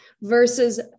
versus